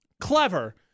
clever